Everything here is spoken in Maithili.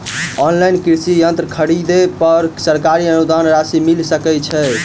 ऑनलाइन कृषि यंत्र खरीदे पर सरकारी अनुदान राशि मिल सकै छैय?